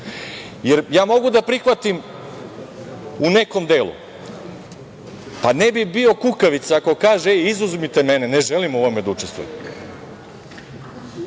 mogu da prihvatim, u nekom delu, pa ne bi bio kukavica ako kaže – e, izuzmite mene, ne želim u ovome da učestvujem.